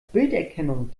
bilderkennung